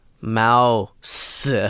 Mouse